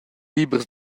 libers